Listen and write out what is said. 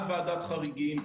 מעל ועדת חריגים,